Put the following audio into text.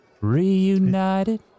Reunited